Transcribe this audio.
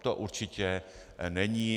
To určitě není.